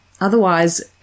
Otherwise